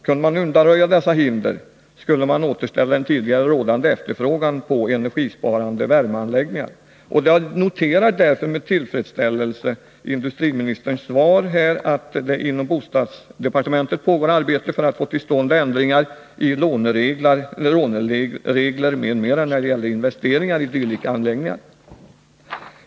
Kunde man undanröja dessa hinder, skulle man återställa den tidigare rådande efterfrågan på energisparande värmeanläggningar. Jag noterar därför med tillfredsställelse industriministerns svar, där det sägs att det inom bostadsdepartementet pågår arbete för att få till stånd ändringar i låneregler m.m. när det gäller investeringar i dylika anläggningar.